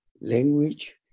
language